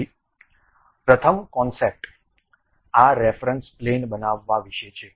તેથી પ્રથમ કોનસેપ્ટ આ રેફરન્સ પ્લેન બનાવવા વિશે છે